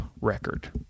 record